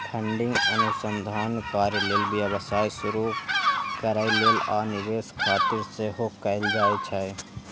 funding अनुसंधान कार्य लेल, व्यवसाय शुरू करै लेल, आ निवेश खातिर सेहो कैल जाइ छै